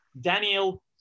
Daniel